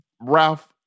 Ralph